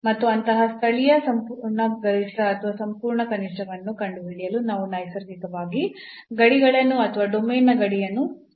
ಮತ್ತು ಅಂತಹ ಸ್ಥಳೀಯ ಸಂಪೂರ್ಣ ಗರಿಷ್ಠ ಅಥವಾ ಸಂಪೂರ್ಣ ಕನಿಷ್ಠವನ್ನು ಕಂಡುಹಿಡಿಯಲು ನಾವು ನೈಸರ್ಗಿಕವಾಗಿ ಗಡಿಗಳನ್ನು ಅಥವಾ ಡೊಮೇನ್ನ ಗಡಿಯನ್ನು ಸೇರಿಸಬೇಕು